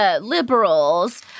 liberals